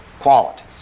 qualities